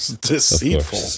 deceitful